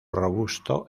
robusto